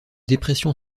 dépression